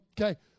Okay